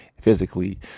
physically